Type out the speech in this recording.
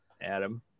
Adam